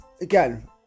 Again